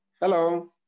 Hello